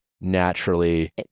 naturally